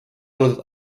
olnud